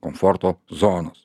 komforto zonos